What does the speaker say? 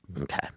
Okay